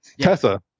tessa